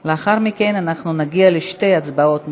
לאחר מכן נגיע לשתי הצבעות נפרדות.